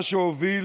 מה שהוביל